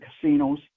casinos